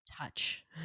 touch